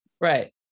right